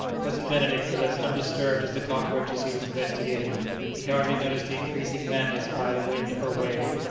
cousin benedict was as undisturbed as the cockroaches he was investigating he hardly noticed the increasing madness of either wind or wave,